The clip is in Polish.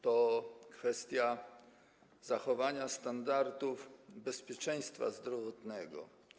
To kwestia zachowania standardów bezpieczeństwa zdrowotnego.